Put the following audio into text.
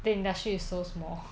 the industry is so small